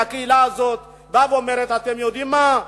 הקהילה הזאת באה ואומרת: אתם יודעים מה?